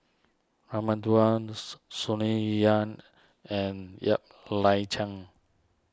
Raman Daud Sonny Yap and Ng Liang Chiang